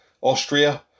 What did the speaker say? Austria